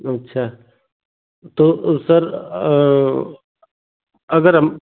अच्छा तो सर अगर हम